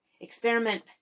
Experiment